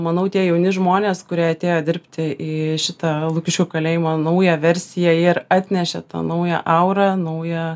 manau tie jauni žmonės kurie atėjo dirbti į šitą lukiškių kalėjimo naują versiją ir atnešė tą naują aurą naują